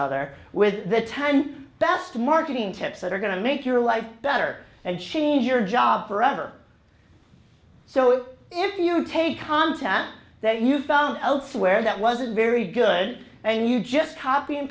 other with the ten best marketing tips that are going to make your life better and change your job forever so if you take content that you found elsewhere that wasn't very good and you just copy and